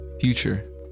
future